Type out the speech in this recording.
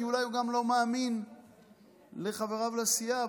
כי אולי הוא גם לא מאמין לחבריו לסיעה,